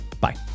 Bye